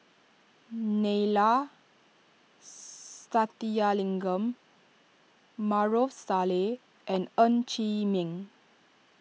Neila Sathyalingam Maarof Salleh and Ng Chee Meng